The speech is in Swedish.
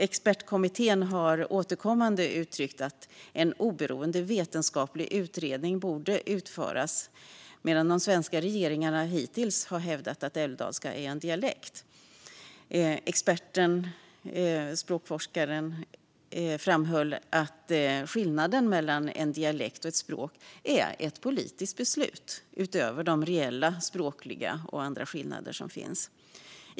Expertkommittén har återkommande uttryckt att en oberoende vetenskaplig utredning borde utföras, medan de svenska regeringarna hittills hävdat att älvdalska är en dialekt. Språkforskaren framhöll att skillnaden mellan en dialekt och ett språk är ett politiskt beslut, utöver de reella språkliga och andra skillnader som finns.